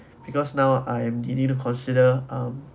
because now I am ready to consider um